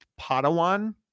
Padawan